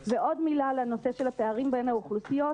09:35) ועוד מילה על הנושא של הפערים בין האוכלוסיות,